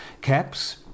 caps